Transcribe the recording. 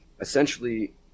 Essentially